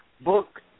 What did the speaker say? book